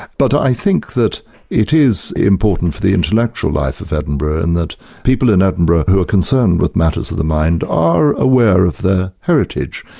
but i think that it is important for the intellectual life of edinburgh, in that people in edinburgh who are concerned with matters of the mind are aware of their heritage.